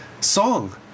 song